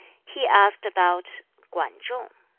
he asked about kwan chung.